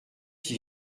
qui